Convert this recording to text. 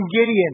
Gideon